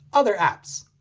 other apps.